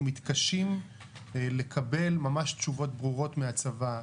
מתקשים לקבל ממש תשובות ברורות מהצבא,